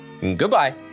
Goodbye